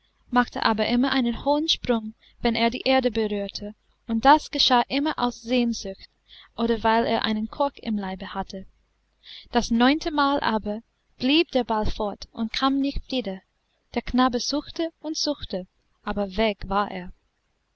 machte aber immer einen hohen sprung wenn er die erde berührte und das geschah immer aus sehnsucht oder weil er einen kork im leibe hatte das neunte mal aber blieb der ball fort und kam nicht wieder der knabe suchte und suchte aber weg war er